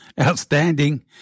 outstanding